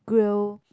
grill